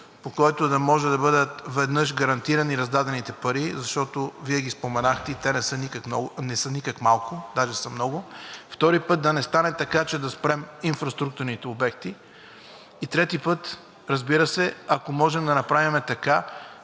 по който да може да бъдат, веднъж, гарантирани раздадените пари, защото Вие ги споменахте и те не са никак малко – даже са много. Втори път, да не стане така, че да спрем инфраструктурните обекти и, трети път, разбира се, ако можем да направим така,